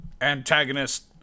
antagonist